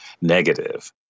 negative